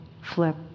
flip